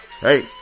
Hey